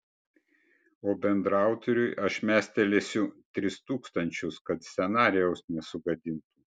o bendraautoriui aš mestelėsiu tris tūkstančius kad scenarijaus nesugadintų